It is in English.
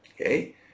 Okay